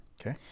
Okay